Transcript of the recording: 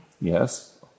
yes